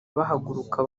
bahaguruka